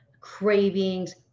cravings